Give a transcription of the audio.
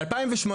ב-2008,